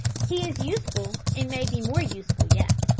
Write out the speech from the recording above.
he is useful and may be more useful yet.